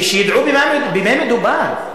שידעו במה מדובר.